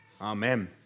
amen